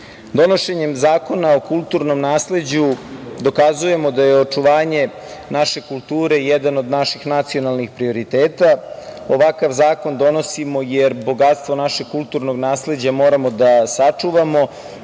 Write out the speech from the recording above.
Zakona o kulturnom nasleđu dokazujemo da je očuvanje naše kulture, jedan od naših nacionalnih prioriteta. Ovakav zakon donosimo jer bogatstvo našeg kulturnog nasleđa moramo da sačuvamo.